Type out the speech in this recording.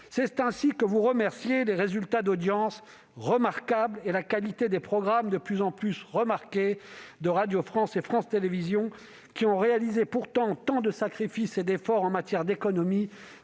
C'est ainsi que vous remerciez les résultats d'audience remarquables et la qualité des programmes de plus en plus remarquée de Radio France et France Télévisions, qui ont réalisé pourtant tant de sacrifices, d'efforts et d'économies